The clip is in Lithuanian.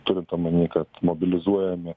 turint omeny kad mobilizuojami